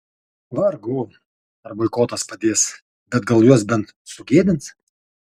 vargu ar boikotas padės bet gal juos bent sugėdins